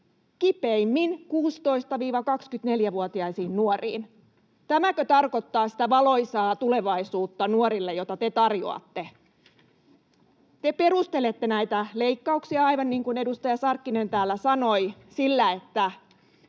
kipeimmin 16—24-vuotiaisiin nuoriin. Tätäkö tarkoittaa se valoisa tulevaisuus nuorille, jota te tarjoatte? Te perustelette näitä leikkauksia, aivan niin kuin edustaja Sarkkinen täällä sanoi, sillä, että